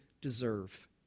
deserve